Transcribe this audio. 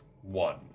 One